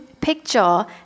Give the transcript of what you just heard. picture